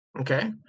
Okay